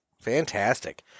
Fantastic